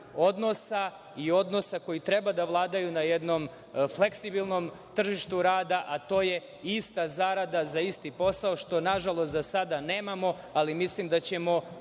odnosa i odnose koji treba da vladaju na jednom fleksibilnom tržištu rada, a to je ista zarada za isti posao, što nažalost sada nemamo, ali mislim da ćemo